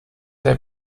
der